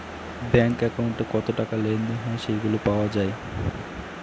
bank একাউন্টে কত টাকা লেনদেন হয় সেগুলা পাওয়া যায়